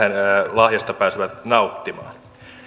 lahjasta pääsee nauttimaan